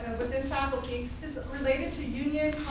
within faculty isn't related to union,